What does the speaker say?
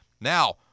Now